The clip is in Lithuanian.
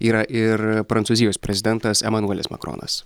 yra ir prancūzijos prezidentas emanuelis makronas